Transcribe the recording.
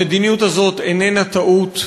המדיניות הזאת איננה טעות,